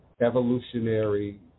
evolutionary